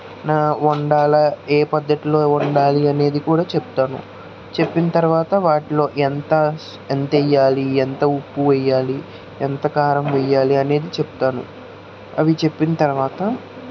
వండాల ఏ పద్ధతిలో వండాలి అనేది కూడా చెప్తాను చెప్పిన తర్వాత వాటిలో ఎంత ఎంత వేయాలి ఎంత ఉప్పు వేయాలి ఎంత కారం వేయాలి అనేది చెప్తాను అవి చెప్పిన తర్వాత